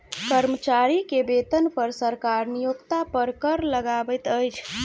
कर्मचारी के वेतन पर सरकार नियोक्ता पर कर लगबैत अछि